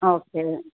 okay